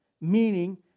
meaning